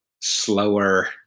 slower